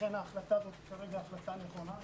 ולכן ההחלטה כרגע היא החלטה נכונה.